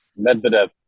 Medvedev